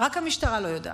רק המשטרה לא יודעת.